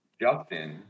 Justin